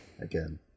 again